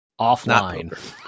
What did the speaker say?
Offline